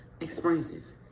experiences